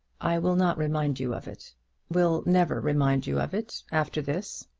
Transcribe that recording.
i will not remind you of it will never remind you of it after this.